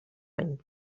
any